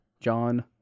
John